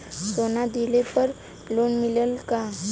सोना दहिले पर लोन मिलल का?